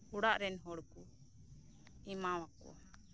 ᱚᱲᱟᱜ ᱨᱮᱱ ᱦᱚᱲᱠᱩ ᱮᱢᱟᱣᱟᱠᱩᱣᱟ